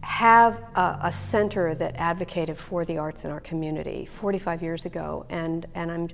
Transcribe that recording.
have a center that advocated for the arts in our community forty five years ago and i'm and